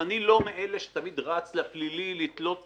אני לא מאלה שתמיד רץ לפלילי לתלות